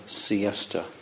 siesta